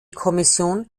kommission